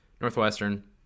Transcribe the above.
Northwestern